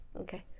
okay